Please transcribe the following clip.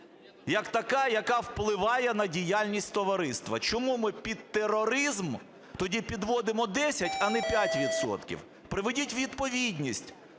як така, яка впливає на діяльність товариства. Чому ми під тероризм тоді підводимо 10, а не 5 відсотків? Приведіть у відповідність.